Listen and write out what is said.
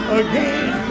again